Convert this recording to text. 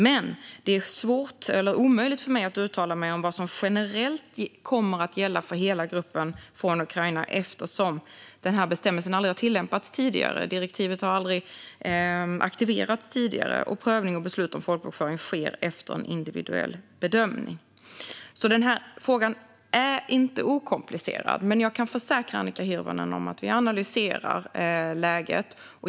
Men det är svårt eller omöjligt för mig att uttala mig om vad som generellt kommer att gälla för hela gruppen från Ukraina eftersom denna bestämmelse aldrig har tillämpats tidigare. Direktivet har aldrig aktiverats tidigare, och prövning och beslut om folkbokföring sker efter en individuell bedömning. Denna fråga är inte okomplicerad, men jag kan försäkra Annika Hirvonen om att vi analyserar läget.